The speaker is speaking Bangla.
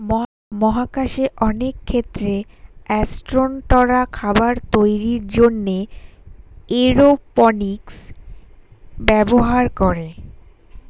মহাকাশে অনেক ক্ষেত্রে অ্যাসট্রোনটরা খাবার তৈরির জন্যে এরওপনিক্স ব্যবহার করে